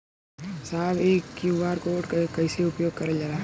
साहब इ QR code के कइसे उपयोग करल जाला?